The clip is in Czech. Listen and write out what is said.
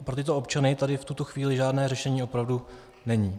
Pro tyto občany tady v tuto chvíli žádné řešení opravdu není.